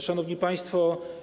Szanowni Państwo!